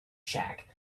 shack